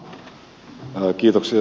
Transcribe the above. herra puhemies